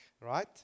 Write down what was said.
right